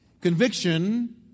Conviction